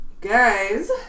Guys